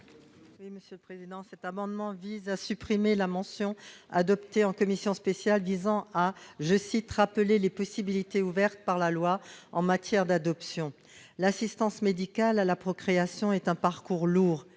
Mme Patricia Schillinger. Cet amendement tend à supprimer la mention adoptée en commission spéciale et visant à rappeler « les possibilités ouvertes par la loi en matière d'adoption ». L'assistance médicale à la procréation est un parcours lourd,